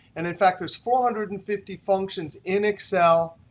and in fact, there's four hundred and fifty functions in excel,